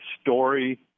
story